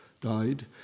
died